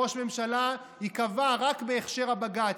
ראש ממשלה ייקבע רק בהכשר הבג"ץ,